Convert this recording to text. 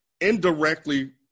indirectly